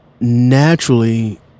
naturally